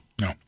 no